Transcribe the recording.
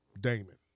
Damon